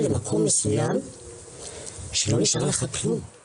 שמעתי באופן אישי מחלק מהמתמודדים עם ההתמכרות הזאת: